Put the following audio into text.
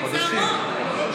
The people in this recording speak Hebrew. זה המון.